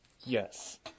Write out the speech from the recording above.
Yes